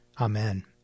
Amen